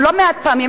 לא מעט פעמים,